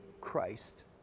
Christ